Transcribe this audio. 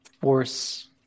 force